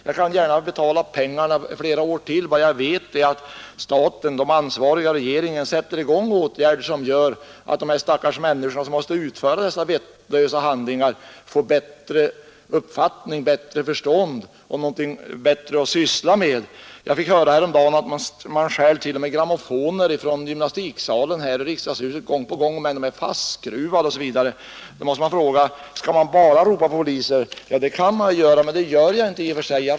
Jag skall gärna betala pengarna flera år till, bara jag vet att de ansvariga och regeringen sätter i gång åtgärder som gör att de stackars människor som utför dessa vettlösa handlingar får bättre uppfattning, bättre förstånd och något bättre att syssla med. Jag fick häromdagen höra att man t.o.m. gång på gång stjä grammofoner från gymnastiksalen här i riksdagshuset, trots att de är fastskruvade. Skall man bara ropa på polis? Det kan man göra, men det gör inte jag.